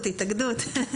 באריאל.